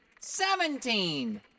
seventeen